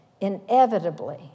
inevitably